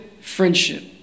friendship